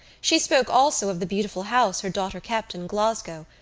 she spoke also of the beautiful house her daughter kept in glasgow,